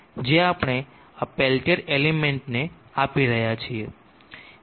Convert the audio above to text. જે આપણે આ પેલ્ટીર એલિમેન્ટ ને આપી રહ્યા છીએ